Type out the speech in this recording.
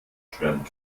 schwärmt